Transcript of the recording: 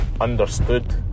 understood